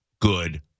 Good